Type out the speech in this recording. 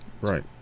right